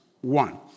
one